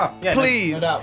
Please